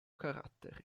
caratteri